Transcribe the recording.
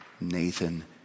Nathan